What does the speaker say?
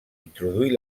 introduir